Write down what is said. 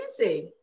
easy